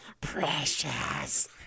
precious